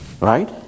right